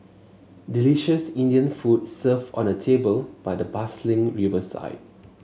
delicious Indian food served on a table by the bustling riverside